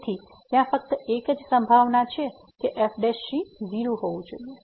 તેથી ત્યાં ફક્ત એકજ સંભાવના છે કે f 0 હોવી જોઈએ